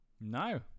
No